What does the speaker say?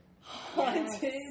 haunted